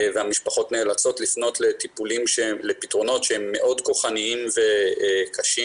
והמשפחות נאלצות לפנות לפתרונות שהם מאוד כוחניים וקשים